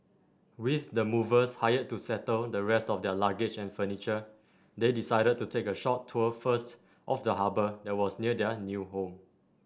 with the movers hired to settle the rest of their luggage and furniture they decided to take a short tour first of the harbour that was near their new home